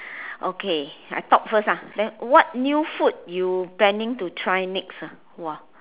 okay I talk first ah then what new food you planning to try next ah !wah!